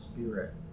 spirit